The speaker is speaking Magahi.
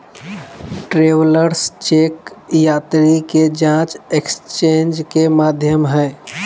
ट्रेवलर्स चेक यात्री के जांच एक्सचेंज के माध्यम हइ